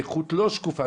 נכות לא שקופה,